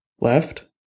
Left